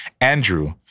Andrew